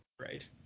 Right